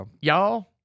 y'all